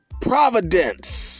Providence